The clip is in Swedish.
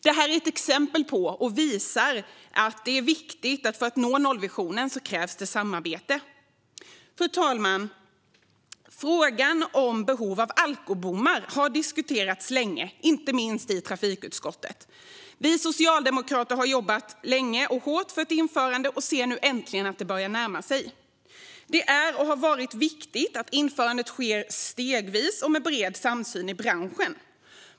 Detta är ett exempel som visar att det krävs samarbete för att nå nollvisionen. Fru talman! Frågan om behovet av alkobommar har diskuterats länge, inte minst i trafikutskottet. Vi socialdemokrater har jobbat länge och hårt för ett införande och ser nu äntligen att det börjar närma sig. Det är och har varit viktigt att införandet sker stegvis och med bred samsyn i branschen.